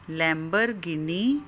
Lamborghini